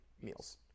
meals